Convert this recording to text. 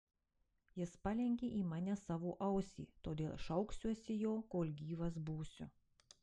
jis palenkė į mane savo ausį todėl šauksiuosi jo kol gyvas būsiu